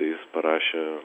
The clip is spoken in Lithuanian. tai jis parašė